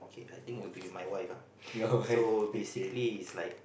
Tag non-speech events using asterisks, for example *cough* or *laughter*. I think will be with my wife ah *noise* so basically is like